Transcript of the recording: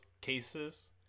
cases